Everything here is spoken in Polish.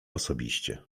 osobiście